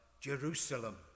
Jerusalem